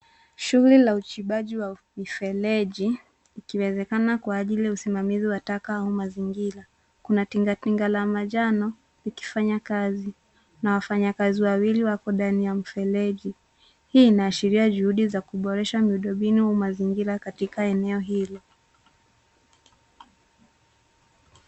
Shughuli la uchimbaji wa mifereji, ikiwezekani kwa ajili ya usimamizi wa taka au mazingira. Kuna tingatinga la manjano likifanya kazi, na wafanyakazi wawili wako ndani ya mfereji. Hii inaashiria juhudi za kuboresha miundo mbinu au mazingira katika eneo hilo.